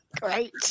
Great